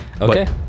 Okay